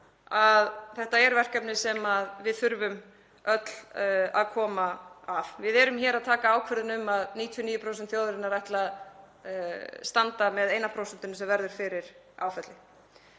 að þetta er verkefni sem við þurfum öll að koma að. Við erum hér að taka ákvörðun um að 99% þjóðarinnar ætli að standa með eina prósentinu sem verður fyrir áfalli